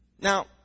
Now